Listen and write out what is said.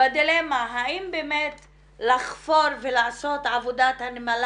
בדילמה האם באמת לחפור ולעשות את עבודת הנמלים